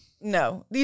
No